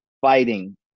fighting